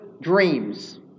dreams